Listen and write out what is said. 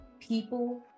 people